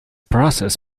process